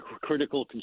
critical